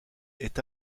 est